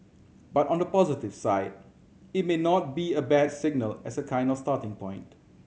but on the positive side it may not be a bad signal as a kind of starting point